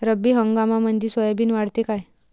रब्बी हंगामामंदी सोयाबीन वाढते काय?